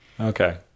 Okay